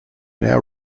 now